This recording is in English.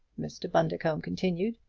mr. bundercombe continued,